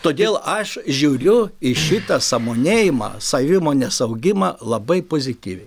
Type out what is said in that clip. todėl aš žiūriu į šitą sąmonėjimą savimonės augimą labai pozityviai